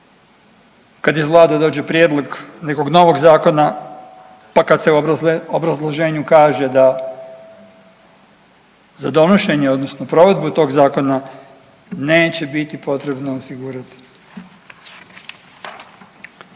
kad iz vlade dođe prijedlog nekog novog zakona, pa kad se u obrazloženju kaže da za donošenje odnosno provedbu tog zakona neće biti potrebno osigurati.